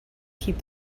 keep